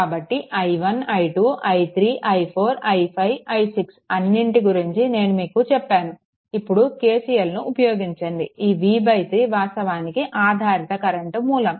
కాబట్టి i1 i2 i3 i4 i5 i6 అన్నింటి గురించి నేను మీకు చెప్పాను ఇప్పుడు KCL ను ఉపయోగించండి ఈ v3 వాస్తవానికి ఆధారిత కరెంట్ మూలం